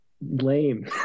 lame